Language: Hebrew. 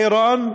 חירן,